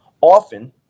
often